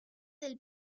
del